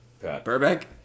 Burbank